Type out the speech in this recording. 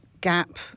gap